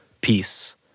peace